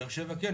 לבאר שבע כן.